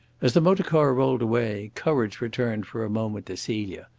as the motor-car rolled away, courage returned for a moment to celia.